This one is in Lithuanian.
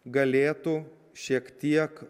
galėtų šiek tiek